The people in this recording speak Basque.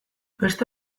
beste